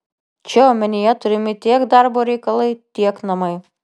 čia omenyje turimi tiek darbo reikalai tiek namai